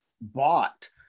bought